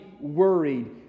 worried